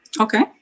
Okay